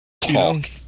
talk